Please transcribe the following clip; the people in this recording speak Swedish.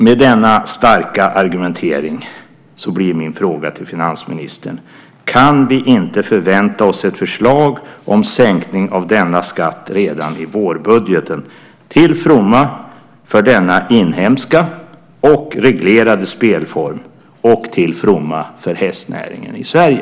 Med denna starka argumentering blir min fråga till finansministern: Kan vi inte förvänta oss ett förslag om sänkning av denna skatt redan i vårbudgeten, till fromma för denna inhemska och reglerade spelform och till fromma för hästnäringen i Sverige?